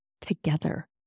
together